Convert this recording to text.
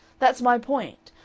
that's my point.